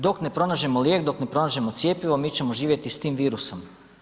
Dok ne pronađemo lijek, dok ne pronađemo cjepivo mi ćemo živjeti s tim virusom.